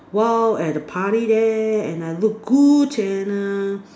wild at a party there and I look good and err